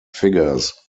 figures